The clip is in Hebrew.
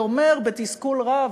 בתסכול רב,